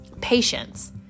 Patience